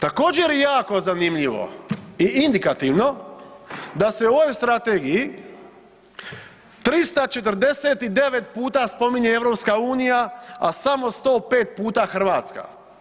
Također je jako zanimljivo i indikativno da se u ovoj strategiji 349 puta spominje EU, a samo 105 puta Hrvatska.